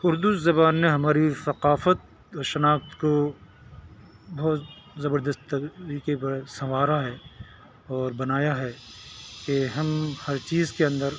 اردو زبان نے ہماری ثقافت شناخت کو بہت زبردست طریقے پر سنوارا ہے اور بنایا ہے کہ ہم ہر چیز کے اندر